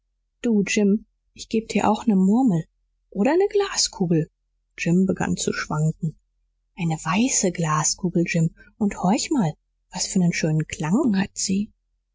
du jim ich geb dir auch ne murmel oder ne glaskugel jim begann zu schwanken eine weiße glaskugel jim und horch mal was für nen schönen klang hat sie